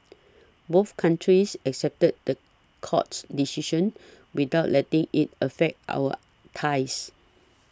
both countries accepted the court's decision without letting it affect our ties